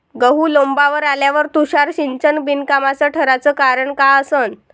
गहू लोम्बावर आल्यावर तुषार सिंचन बिनकामाचं ठराचं कारन का असन?